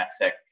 ethic